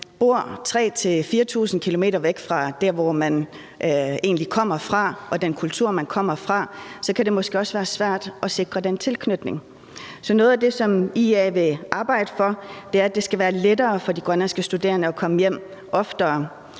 bor 3.000-4.000 km væk fra det sted og den kultur, man kommer fra, kan det måske også være svært at sikre den tilknytning. Så noget af det, som IA vil arbejde for, er, at det skal være lettere for de grønlandske studerende er kommet hjem oftere.